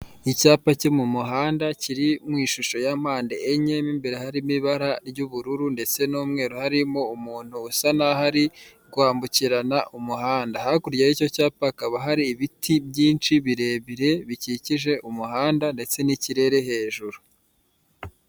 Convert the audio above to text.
Icyapa cyo m'umuhanda kiri mu ishusho ya mpande enye mo imbere harimo ibara ry'ubururu ndetse n'umweru harimo umuntu usa n'aho ari kwambukirana umuhanda, hakurya y'icyo cyapa hakaba hari ibiti byinshi birebire bikikije umuhanda ndetse n'ikirere hejuru.